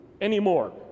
anymore